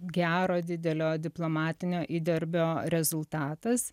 gero didelio diplomatinio įdirbio rezultatas